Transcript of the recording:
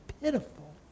pitiful